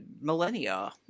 millennia